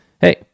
hey